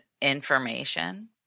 information